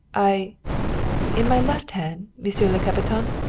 i in my left hand, monsieur le capitaine?